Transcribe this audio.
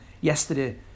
yesterday